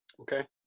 Okay